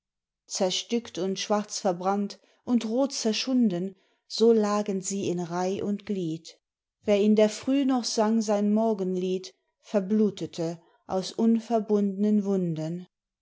zerstückt und schwarz verbrannt und rotzerschunden so lagen sie in reih und glied wer in der früh noch sang sein morgenlied verblutete aus unverbundnen wunden